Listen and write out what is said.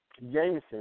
Jameson